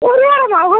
ஒரு வாரமாக ஒரு